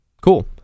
cool